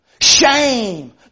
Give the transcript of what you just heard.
Shame